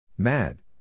Mad